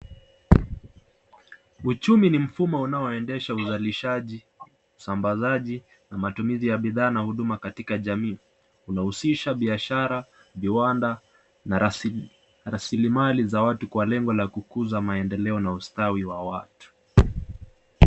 Uchumi ni mfumo unaoendesha usambzaji na matumizi ya bidhaa na huduma katika jamii, unahusisha biashara viwanda na rasilimali za watu kwa lengo za kukuza maendeleo na ustawi wa watu,